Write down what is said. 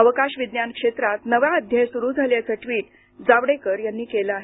अवकाश विज्ञान क्षेत्रात नवा अध्याय सुरू झाल्याचं ट्वीट जावडेकर यांनी केलं आहे